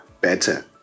better